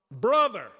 Brother